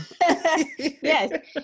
Yes